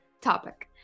topic